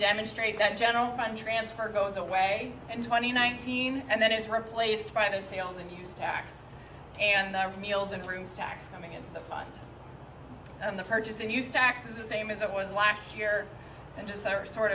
demonstrate that general fund transfer goes away and twenty nineteen and then is replaced by the sales and use tax and the meals and rooms tax coming into the fund and the purchase and use tax is the same as it was last year and just